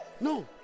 No